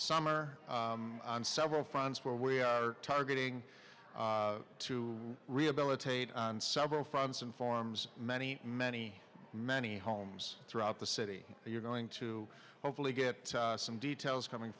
summer on several fronts where we are targeting to rehabilitate on several fronts and forms many many many homes throughout the city you're going to hopefully get some details coming